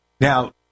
Now